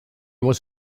was